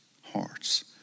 hearts